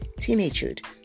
teenagehood